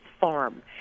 farm